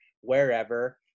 wherever